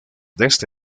desde